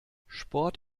sport